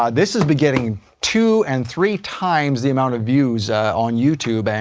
um this has been getting two and three times the amount of views on youtube, and